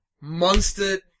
monster